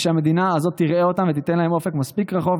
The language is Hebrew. ושהמדינה הזאת תראה אותם ותיתן להם אופק מספיק רחוק,